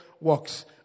works